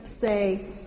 say